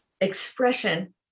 expression